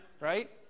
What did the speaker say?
right